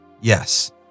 Yes